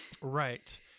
Right